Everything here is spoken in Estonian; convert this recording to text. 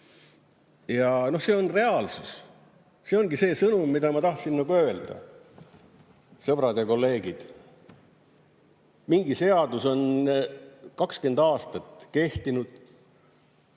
See on reaalsus, see ongi see sõnum, mida ma tahtsin nagu öelda. Sõbrad ja kolleegid! Mingi seadus on 20 aastat kehtinud.